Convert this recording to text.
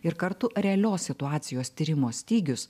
ir kartu realios situacijos tyrimo stygius